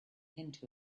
into